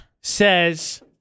says